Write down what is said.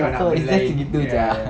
macam gitu jer ah